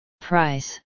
Price